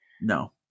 No